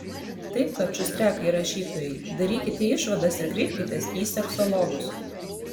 taip kad šustriakai rašytojai darykite išvadas ir kreipkitės į seksologus